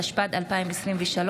התשפ"ד 2023,